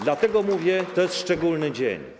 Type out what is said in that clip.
Dlatego mówię: to jest szczególny dzień.